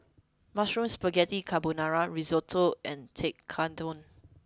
Mushroom Spaghetti Carbonara Risotto and Tekkadon